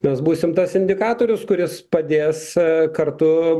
mes būsim tas indikatorius kuris padės kartu